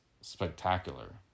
spectacular